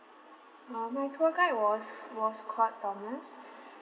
uh my tour guide was was called thomas